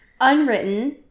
unwritten